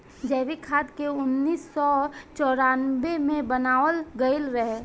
जैविक खाद के उन्नीस सौ चौरानवे मे बनावल गईल रहे